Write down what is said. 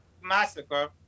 massacre